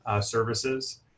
services